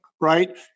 right